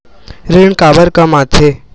ऋण काबर कम आथे?